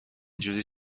جوری